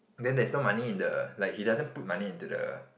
then there's no money in the like he doesn't put money into the